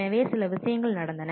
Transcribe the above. எனவே சில விஷயங்கள் நடந்தன